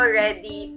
ready